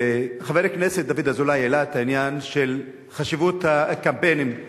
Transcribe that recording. חבר הכנסת דוד אזולאי העלה את העניין של חשיבות הקמפיינים והפרסומים,